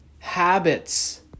Habits